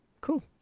Cool